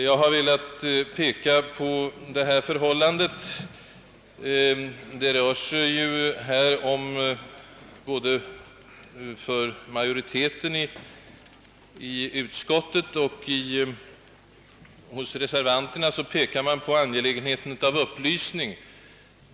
Jag har velat peka på detta orimliga förhållande. Både utskottsmajoriteten och reservanterna riktar ju främst uppmärksamheten på angelägenheten av upplysning.